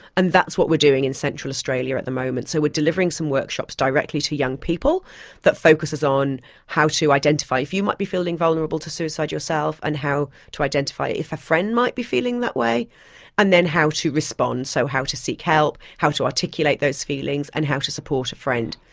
and that's what we're doing in central australia at the moment so we are delivering some workshops directly to young people that focuses on how to identify, if you might be feeling vulnerable to suicide yourself and how to identify if a friend might be feeling that way and then how to respond, so how to seek help, how to articulate those feelings and how to support a friend.